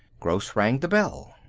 gross rang the bell.